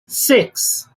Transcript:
six